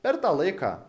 per tą laiką